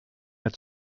mehr